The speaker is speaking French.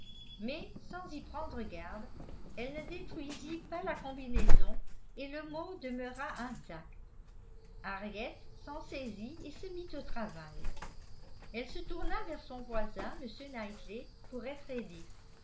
mais sans y prendre garde elle ne détruisit pas la combinaison et le mot demeura intact henriette s'en saisit et se mit au travail elle se tourna vers son voisin m knightley pour être aidée